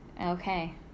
Okay